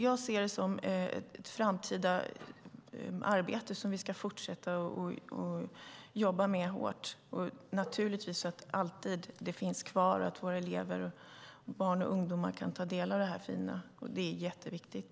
Jag ser det som ett framtida arbete som vi ska fortsätta jobba hårt med, och det ska givetvis alltid finnas kvar så att våra barn och ungdomar kan ta del av detta fina. Det är jätteviktigt.